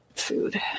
Food